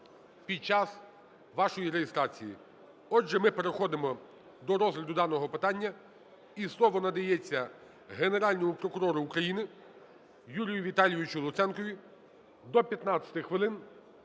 під час вашої реєстрації. Отже, ми переходимо до розгляду даного питання. І слово надається Генеральному прокурору України Юрію Віталійовичу Луценкові. До 15 хвилин